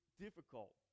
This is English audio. difficult